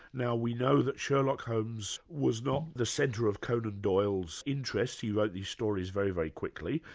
now we know that sherlock holmes was not the centre of conan doyle's interest, he wrote these stories very, very quickly,